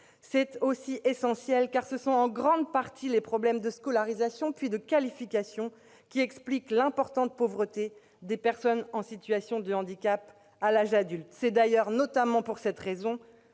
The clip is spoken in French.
soit rendu possible, car ce sont en grande partie les problèmes de scolarisation, puis de qualification, qui expliquent l'importante pauvreté des personnes en situation de handicap à l'âge adulte. C'est d'ailleurs notamment en raison